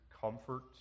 comfort